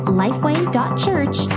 lifeway.church